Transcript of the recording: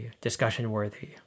discussion-worthy